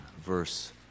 verse